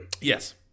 Yes